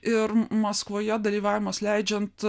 ir maskvoje dalyvavimas leidžiant